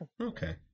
okay